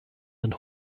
den